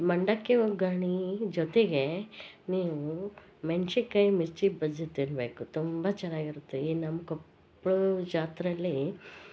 ಮಂಡಕ್ಕಿ ಒಗ್ಗರಣೆ ಜೊತೆಗೆ ನೀವು ಮೆಣ್ಶಿನ್ಕಾಯಿ ಕಾಯಿ ಮಿರ್ಚಿ ಬಜ್ಜಿ ತಿನ್ನಬೇಕು ತುಂಬ ಚೆನ್ನಾಗಿರುತ್ತೆ ಈ ನಮ್ಮ ಕೊಪ್ಳ ಜಾತ್ರೇಲಿ